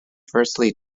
firstly